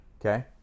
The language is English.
Okay